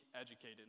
educated